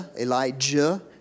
Elijah